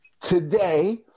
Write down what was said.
today